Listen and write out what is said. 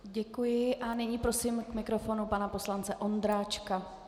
Děkuji a nyní prosím k mikrofonu pana poslance Ondráčka.